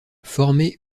formée